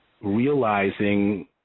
realizing